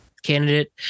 candidate